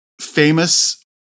famous